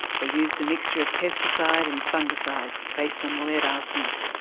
they used a mixture of pesticide and fungicide based on lead arsenate.